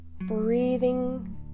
breathing